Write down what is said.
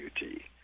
beauty